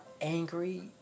angry